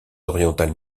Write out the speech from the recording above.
orientales